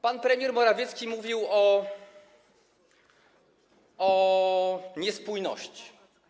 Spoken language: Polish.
Pan premier Morawiecki mówił o niespójności.